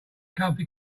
comfy